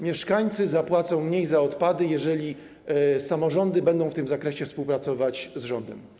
Mieszkańcy zapłacą mniej za odpady, jeżeli samorządy będą w tym zakresie współpracować z rządem.